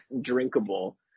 drinkable